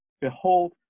Behold